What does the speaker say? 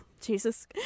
Jesus